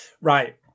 Right